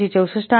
8264 आहे